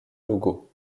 logo